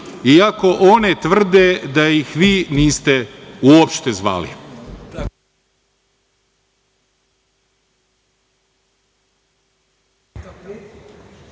i ako one tvrde da ih vi niste uopšte zvali.